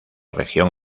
región